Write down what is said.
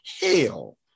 hell